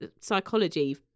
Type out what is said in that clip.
psychology